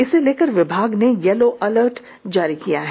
इसे लेकर विभाग ने यलो अलर्ट जारी किया है